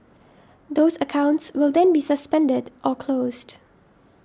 those accounts will then be suspended or closed